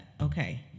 okay